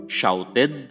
shouted